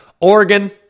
Oregon